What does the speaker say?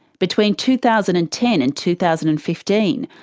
between two thousand and ten and two thousand and fifteen,